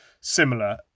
similar